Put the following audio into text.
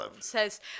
says